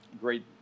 great